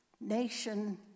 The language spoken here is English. Nation